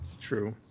True